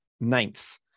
ninth